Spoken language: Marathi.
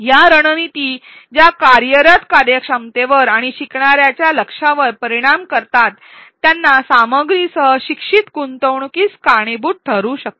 या रणनीती ज्या कार्यरत स्मरणशक्ती आणि शिकणार्याचे लक्ष प्रभावित करते त्या सामग्रीसह शिक्षित गुंतवणूकीत सुधारणा होऊ शकते